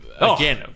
again